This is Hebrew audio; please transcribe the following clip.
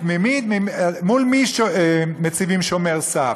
מול מי מציבים שומר סף?